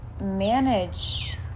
manage